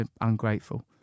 ungrateful